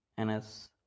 NS